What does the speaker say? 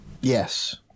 Yes